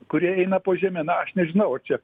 kurie eina po žeme na aš nežinau ar čia